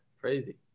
Crazy